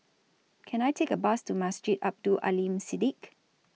Can I Take A Bus to Masjid Abdul Aleem Siddique